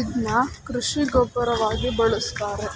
ಇದ್ನ ಕೃಷಿ ಗೊಬ್ಬರವಾಗಿ ಬಳುಸ್ತಾರೆ